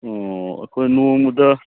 ꯑꯣ ꯑꯩꯈꯣꯏ ꯅꯣꯡꯃꯗ